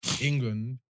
England